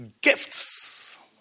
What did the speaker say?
gifts